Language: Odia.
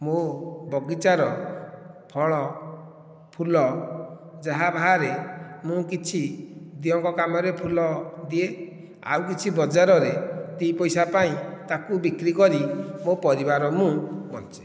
ମୋ ବଗିଚାର ଫଳ ଫୁଲ ଯାହା ବାହାରେ ମୁଁ କିଛି ଦିଅଁ'ଙ୍କ କାମରେ ଫୁଲ ଦିଏ ଆଉ କିଛି ବଜାରରେ ଦି ପଇସା ପାଇଁ ତାହାକୁ ବିକ୍ରି କରି ମୋ ପରିବାର ମୁଁ ବଞ୍ଚେ